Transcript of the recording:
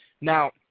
Now